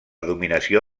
dominació